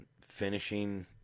finishing –